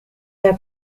are